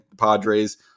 Padres